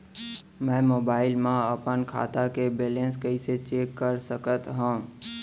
मैं मोबाइल मा अपन खाता के बैलेन्स कइसे चेक कर सकत हव?